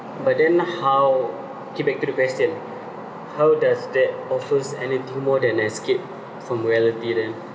but then how get back to the question how does that offer anything more than escape from reality then